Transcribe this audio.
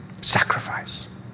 sacrifice